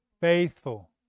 Faithful